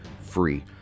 free